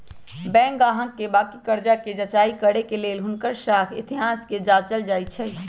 bank गाहक के बाकि कर्जा कें जचाई करे के लेल हुनकर साख इतिहास के जाचल जाइ छइ